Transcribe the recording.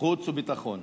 חוץ וביטחון.